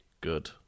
good